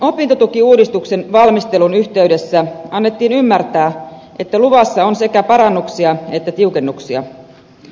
opintotukiuudistuksen valmistelun yhteydessä annettiin ymmärtää että luvassa on sekä parannuksia että tiukennuksia